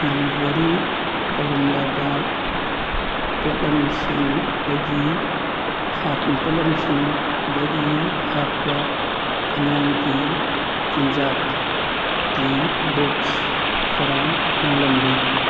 delivery ꯇꯧꯔꯝꯂꯕ ꯄꯣꯠꯂꯝꯁꯤꯡꯗꯒꯤ ꯄꯣꯠꯂꯝꯁꯤꯡꯗꯒꯤ ꯍꯥꯞꯄ ꯑꯉꯥꯡꯒꯤ ꯆꯤꯟꯖꯥꯛꯀꯤ ꯕꯣꯛꯁ ꯈꯔ ꯃꯥꯡꯂꯝꯃꯦ